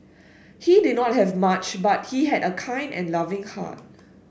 he did not have much but he had a kind and loving heart